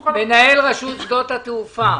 יעקב גנות, מנכ"ל רשות שדות התעופה.